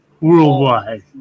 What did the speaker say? worldwide